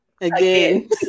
Again